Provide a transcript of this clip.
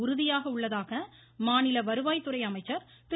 உறுதியாக உள்ளதாக மாநில வருவாய்த்துறை அமைச்சர் திரு